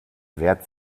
wehrt